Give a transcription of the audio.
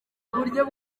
uburyo